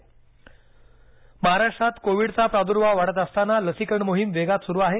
Maharashtra covid महाराष्ट्रात कोविडचा प्रादुर्भाव वाढत असताना लसीकरण मोहीम वेगात सुरु आहे